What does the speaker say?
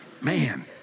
Man